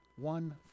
one